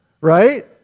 right